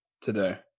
today